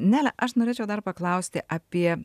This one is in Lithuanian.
nele aš norėčiau dar paklausti apie